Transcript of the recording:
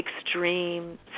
extreme